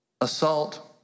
assault